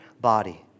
body